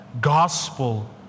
gospel